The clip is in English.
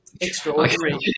extraordinary